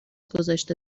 گذاشته